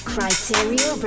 Criteria